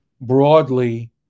broadly